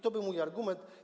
To był mój argument.